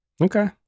Okay